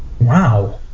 Wow